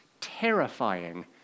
terrifying